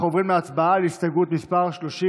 בעד, 49,